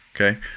Okay